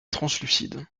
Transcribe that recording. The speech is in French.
translucides